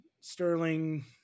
Sterling